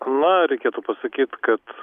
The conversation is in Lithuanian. na reikėtų pasakyt kad